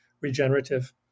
regenerative